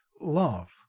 love